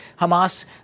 Hamas